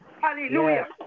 Hallelujah